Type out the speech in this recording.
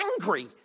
angry